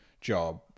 job